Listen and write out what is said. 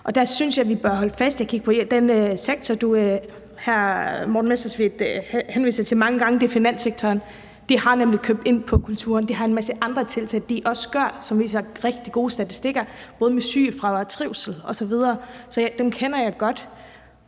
Og der synes jeg, vi bør holde fast i at kigge på den sektor, som hr. Morten Messerschmidt henviser til mange gange, nemlig finanssektoren. De har nemlig købt ind på kulturen, de har en masse andre tiltag, de også gør, som viser rigtig gode statistikker, både med sygefraværet, trivsel osv. Så dem kender jeg godt.